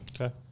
Okay